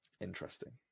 Interesting